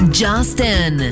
justin